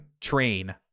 Train